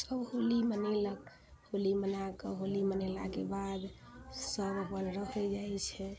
सब होली मनेलक होली मनाके होली मनेलाके बाद सब अपन रहै जाइ छै